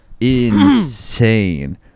Insane